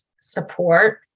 support